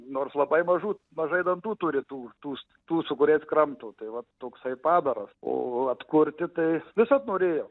nors labai mažų mažai dantų turi turtus tų sukūrėte kramto tai vat toksai padaras o atkurti tai visad norėjau